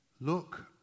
look